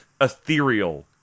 ethereal